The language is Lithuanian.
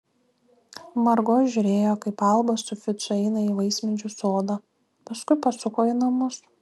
margo žiūrėjo kaip alba su ficu eina į vaismedžių sodą paskui pasuko į namus